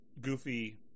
goofy